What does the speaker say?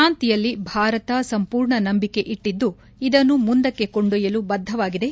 ಶಾಂತಿಯಲ್ಲಿ ಭಾರತ ಸಂಪೂರ್ಣ ನಂಬಿಕೆ ಇಟ್ನಿದ್ದು ಇದನ್ನು ಮುಂದಕ್ಕೆ ಕೊಂಡೊಯ್ಯಲು ಬದ್ದವಾಗಿದೆ